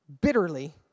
bitterly